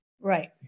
Right